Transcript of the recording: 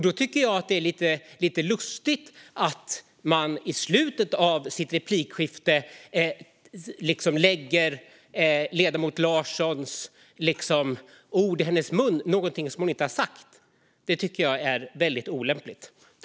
Då är det lite lustigt att man i slutet av sitt replikskifte lägger ord i ledamot Larssons mun som hon inte har sagt. Det tycker jag är mycket olämpligt.